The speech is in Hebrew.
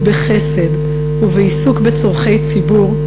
בחסד ובעיסוק בצורכי ציבור,